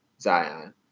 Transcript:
Zion